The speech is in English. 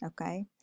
Okay